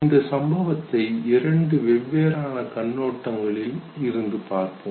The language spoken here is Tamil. இந்த சம்பவத்தை இரண்டு வெவ்வேறான கண்ணோட்டங்களில் இருந்து பார்ப்போம்